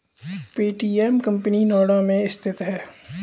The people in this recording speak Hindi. पे.टी.एम कंपनी नोएडा में स्थित है